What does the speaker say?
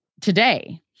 today